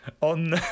on